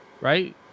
right